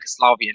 Yugoslavian